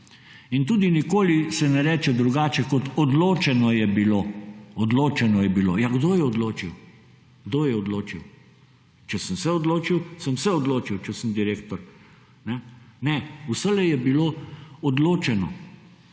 In tudi nikoli se ne reče drugače kot, odločeno je bilo, odločeno je bilo. Ja, kdo je odločil, kdo je odločil? Če sem se odločil, sem se odločil, če sem direktor. Ne, vselej je bilo odločeno.